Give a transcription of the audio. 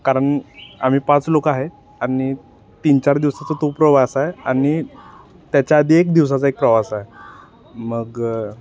कारण आम्ही पाच लोक आहे आणि तीन चार दिवसांचा तो प्रवास आहे आणि त्याच्या आधी एक दिवसाचा एक प्रवास आहे मग